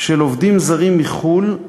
של עובדים זרים מחו"ל,